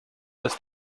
this